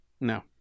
No